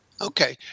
Okay